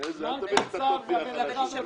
חמישה ימים עד עכשיו ואנחנו מקווים